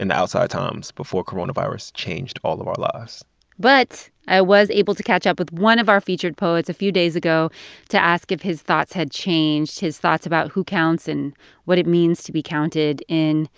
in the outside times before coronavirus changed all of our lives but i was able to catch up with one of our featured poets a few days ago to ask if his thoughts had changed his thoughts about who counts and what it means to be counted in